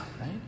right